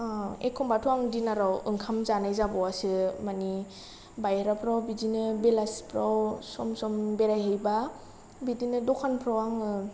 एखमब्लाथ' आं डिनाराव ओंखाम जानाय जाबावासो मानि बाहेराफ्राव बेलासिफ्राव सम सम बेरायहैब्ला बिदिनो दखानफ्राव आङो